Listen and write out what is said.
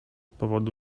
powodu